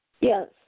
Yes